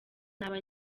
naba